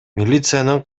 милициянын